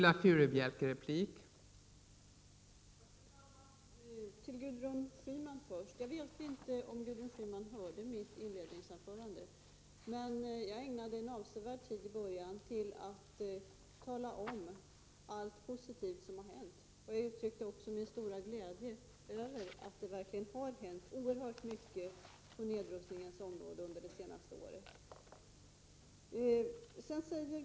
Fru talman! Jag vet inte om Gudrun Schyman hörde mitt inledningsanförande. Jag ägnade där en avsevärd tid till att tala om allt positivt som har hänt. Jag uttryckte också min stora glädje över att det verkligen har hänt oerhört mycket på nedrustningens område under det senaste året.